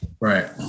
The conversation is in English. Right